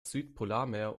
südpolarmeer